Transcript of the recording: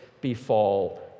befall